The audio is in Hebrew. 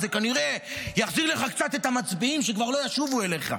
אז זה כנראה יחזיר לך קצת את המצביעים שכבר לא ישובו אליך.